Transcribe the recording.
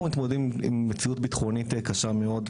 אנחנו מתמודדים עם מציאות ביטחונית קשה מאוד,